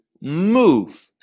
move